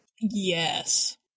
Yes